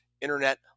internet